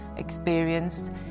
experienced